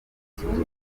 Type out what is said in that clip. zigomba